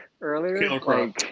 earlier